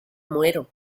muero